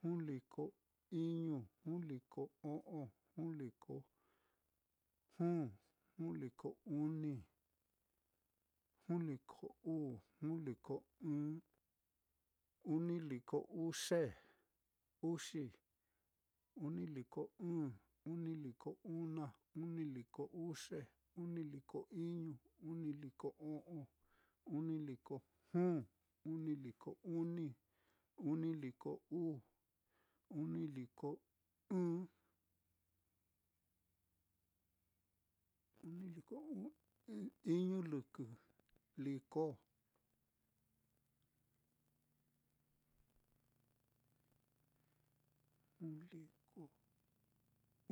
Juu liko iñu, juu liko o'on, juu liko juu, juu liko uni, juu liko uu, juu liko ɨ́ɨ́n, uni liko uxe uxi, uni liko ɨ̄ɨ̱n, uni liko una, uni liko uxe, uni liko iñu, uni liko o'on, uni liko juu, uni liko uni, uni liko uu, uni liko ɨ́ɨ́n, uni liko iñu lɨkɨ líko, juu liko,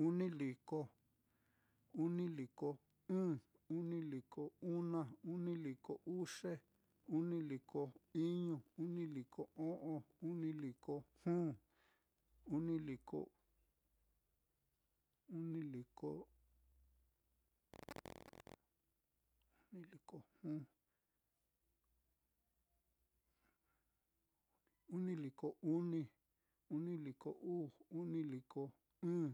uni liko, uni liko ɨ̄ɨ̱n, uni liko una, uni liko uxe, uni liko iñu, uni liko o'on, uni liko juu, uni liko uni liko uni liko juu, uni liko uni, uni liko uu, uni liko ɨ̄ɨ̱n,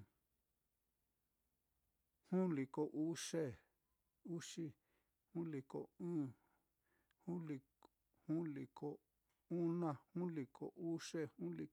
juu liko uxe uxi, juu liko ɨ̄ɨ̱n, juu liko una, juu liko uxe, juu lik.